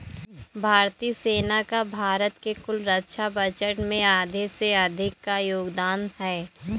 भारतीय सेना का भारत के कुल रक्षा बजट में आधे से अधिक का योगदान है